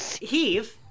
Heave